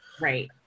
right